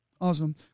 Awesome